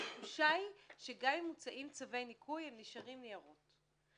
גם אם מוצאים צווי ניקוי, הם נשארים ניירות.